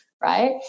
right